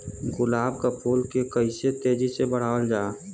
गुलाब क फूल के कइसे तेजी से बढ़ावल जा?